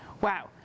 Wow